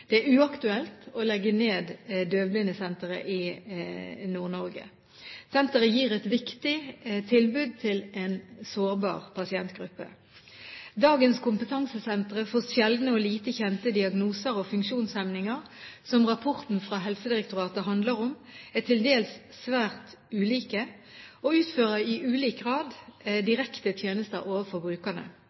Det er uaktuelt å legge ned døvblindesenteret i Nord-Norge. Senteret gir et viktig tilbud til en sårbar pasientgruppe. Dagens kompetansesentre for sjeldne og lite kjente diagnoser og funksjonshemninger, som rapporten fra Helsedirektoratet handler om, er til dels svært ulike, og utfører i ulik grad direkte tjenester overfor brukerne. En samlet overordnet organisering av kompetansesentrene for sjeldne og